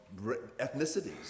ethnicities